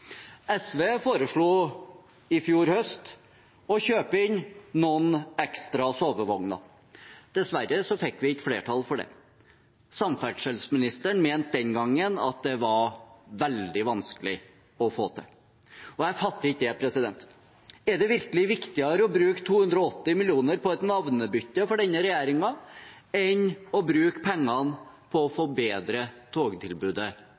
SV foreslo i fjor høst å kjøpe inn noen ekstra sovevogner. Dessverre fikk vi ikke flertall for det. Samferdselsministeren mente den gangen at det var veldig vanskelig å få til. Jeg fatter ikke det. Er det virkelig viktigere for denne regjeringen å bruke 280 mill. kr på et navnebytte enn å bruke pengene på å forbedre togtilbudet